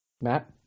Matt